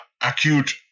acute